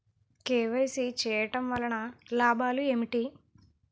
KYC చేయటం వలన లాభాలు ఏమిటి?